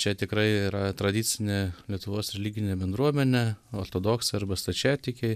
čia tikrai yra tradicinė lietuvos religinė bendruomenė ortodoksai arba stačiatikiai